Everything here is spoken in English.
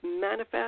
manifest